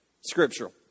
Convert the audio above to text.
scriptural